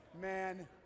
man